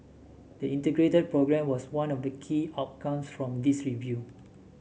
the Integrated Programme was one of the key outcome from this review